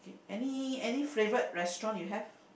any any favourite restaurant you have